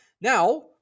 now